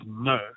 no